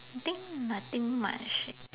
I think nothing much leh